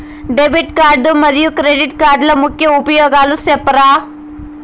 Debit card మరియు credit కార్డుల ముఖ్య ఉపయోగాలు సెప్తారా?